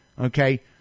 okay